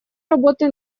работы